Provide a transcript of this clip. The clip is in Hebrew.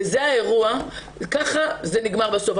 וזה האירוע וככה זה נגמר בסוף.